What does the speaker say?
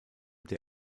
der